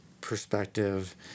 perspective